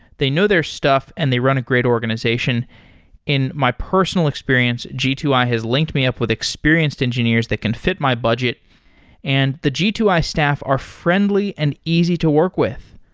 they know their stuff and they run a great organization in my personal experience, g two i has linked me up with experienced engineers that can fit my budget and the g two i staff are friendly and easy to work with.